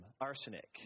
Arsenic